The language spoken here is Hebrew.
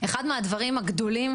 אחד מהדברים הגדולים,